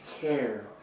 care